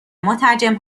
مترجم